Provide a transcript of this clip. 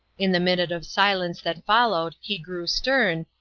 in the minute of silence that followed he grew stern,